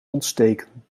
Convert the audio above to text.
ontsteken